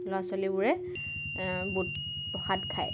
ল'ৰা ছোৱালীবোৰে বুট প্ৰসাদ খায়